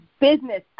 Business